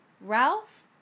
Ralph